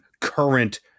current